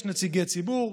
יש נציגי ציבור.